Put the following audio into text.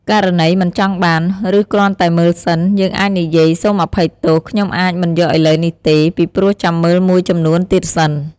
ករណីមិនចង់បាន ឬគ្រាន់តែមើលសិន យើងអាចនិយាយ សូមអភ័យទោស ខ្ញុំអាចមិនយកឥឡូវនេះទេ ពីព្រោះចាំមើលមួយចំនួនទៀតសិន។